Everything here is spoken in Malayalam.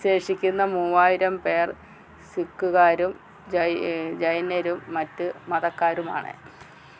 ശേഷിക്കുന്ന മൂവായിരം പേർ സിക്കുകാരും ജൈ ജൈനരും മറ്റ് മതക്കാരുമാണ്